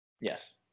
Yes